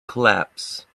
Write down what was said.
collapse